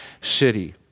city